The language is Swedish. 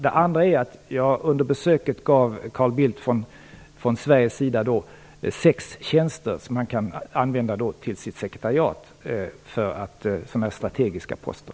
Det andra är att jag under besöket från Sveriges sida gav Carl Bildt sex tjänster som han kan använda till sitt sekretariat på strategiska poster.